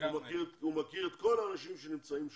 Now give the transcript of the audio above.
הוא מכיר את כל האנשים שנמצאים שם.